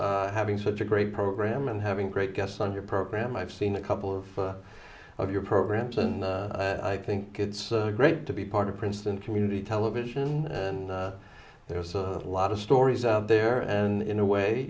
for having such a great program and having great guests on your program i've seen a couple of of your programs and i think it's great to be part of princeton community television and there's a lot of stories out there and in a way